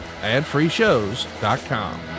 adfreeshows.com